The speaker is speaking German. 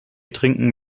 trinken